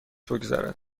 بگذرد